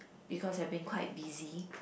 because I've been quite busy